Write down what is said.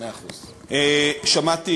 שמעתי